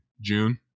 june